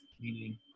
meaning